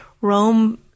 Rome